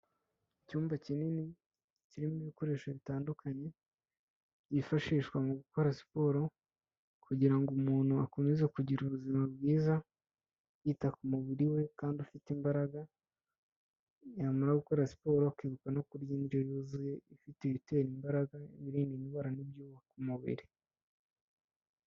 Icyumba kinini kirimo ibikoresho bitandukanye byifashishwa mu gukora siporo kugira ngo umuntu akomeze kugira ubuzima bwiza, yita ku mubiri we kandi ufite imbaraga, yamara gukora siporo akibuka no kurya indyo yuzuye ifite ibitera imbaraga n'ibirinda indwara, n'ibyubaka umubiri.